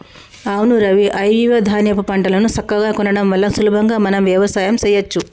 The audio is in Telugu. అవును రవి ఐవివ ధాన్యాపు పంటలను సక్కగా కొనడం వల్ల సులభంగా మనం వ్యవసాయం సెయ్యచ్చు